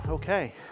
Okay